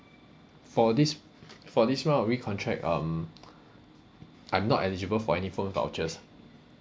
for this for this one on recontract um I'm not eligible for any phone vouchers